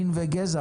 מין וגזע,